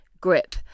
grip